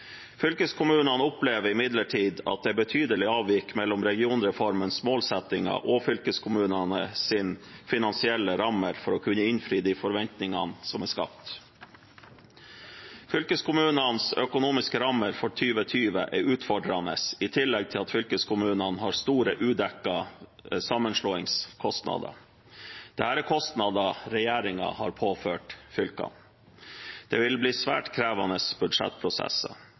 Fylkeskommunene opplever imidlertid at det er betydelig avvik mellom regionreformens målsettinger og fylkeskommunenes finansielle rammer for å kunne innfri de forventningene som er skapt. Fylkeskommunenes økonomiske rammer for 2020 er utfordrende, i tillegg til at fylkeskommunene har store udekte sammenslåingskostnader. Dette er kostnader regjeringen har påført fylkene. Det vil bli svært krevende budsjettprosesser.